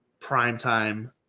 primetime